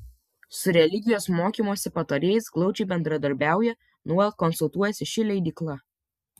su religijos mokymo patarėjais glaudžiai bendradarbiauja nuolat konsultuojasi ši leidykla